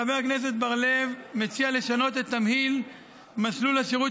חבר הכנסת בר-לב מציע לשנות את תמהיל מסלול השירות